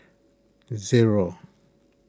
zero